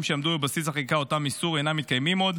שעמדו בבסיס חקיקת אותו איסור אינם מתקיימים עוד,